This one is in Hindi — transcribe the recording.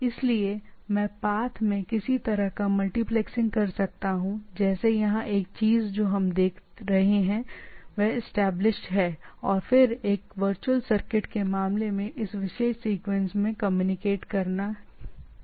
इसलिए मैं पाथ में किसी तरह का एक मल्टीप्लेक्सिंग कर सकता हूं जैसे यहां एक चीज जो हम देख रहे हैं वह इस्टैबलिश्ड है और फिर यह एक वर्चुअल सर्किट के मामले में इस विशेष सीक्वेंस में कम्युनिकेट करता है ठीक है